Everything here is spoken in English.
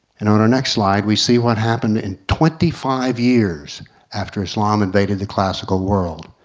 and on our next slide we see what happened in twenty-five years after islam invaded the classical world.